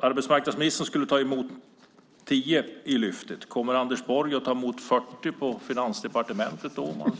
Arbetsmarknadsministern skulle ta emot 10 enligt Lyftet. Kommer Anders Borg att ta emot 40 på Finansdepartementet?